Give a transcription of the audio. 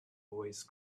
waste